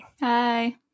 Hi